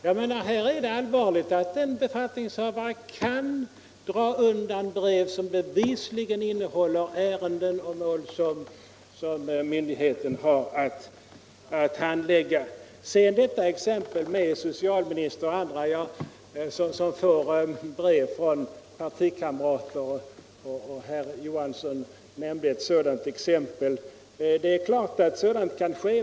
Jag menar: Här är det allvarligt att en befattningshavare kan dra undan brev som bevisligen gäller ärenden och mål som myndigheten har att handlägga. Herr Johansson i Trollhättan sade att socialministern och andra får brev från partikamrater, och herr Johansson nämnde ett dylikt exempel. Det är klart att sådant kan ske.